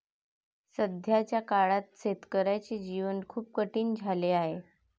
सध्याच्या काळात शेतकऱ्याचे जीवन खूप कठीण झाले आहे